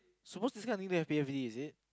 supposed to this kind of thing then have P_F_D is it